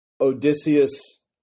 Odysseus